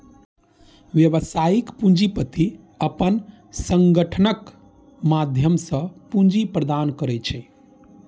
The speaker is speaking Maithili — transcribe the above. व्यावसायिक पूंजीपति अपन संगठनक माध्यम सं पूंजी प्रदान करै छै